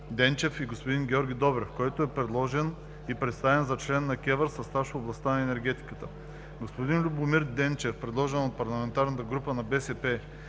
Денчев и господин Георги Добрев който е предложен и представен за член на КЕВР със стаж в областта на енергетиката. Господин Любомир Денчев, предложен от ПГ на БСП